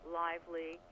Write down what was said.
lively